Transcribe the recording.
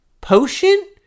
potion